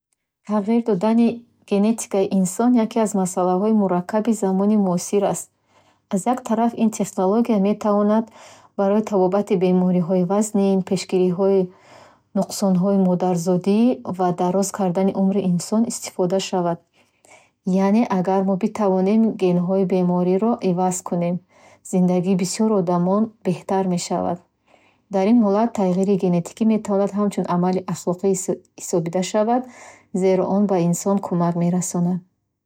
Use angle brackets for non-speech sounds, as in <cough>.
Тағйир додани генетикаи инсон яке аз масъалаҳои мураккаби замони муосир аст. Аз як тараф, ин технология метавонад барои табобати бемориҳои вазнин, пешгирии нуқсонҳои модарзодӣ ва дароз кардани умри инсон истифода шавад. Яъне, агар мо битавонем генҳои бемориро иваз кунем, зиндагии бисёр одамон беҳтар мешавад. Дар ин ҳолат, тағйири генетикӣ метавонад ҳамчун амали ахлоқӣ ҳисоб- <hesitation> ҳисобида шавад, зеро он ба инсон кӯмак мерасонад.